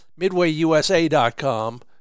MidwayUSA.com